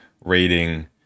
rating